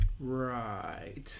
right